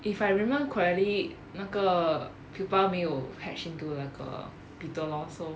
if I remember correctly 那个 pupa 没有 hatch into 那个 beetle lor so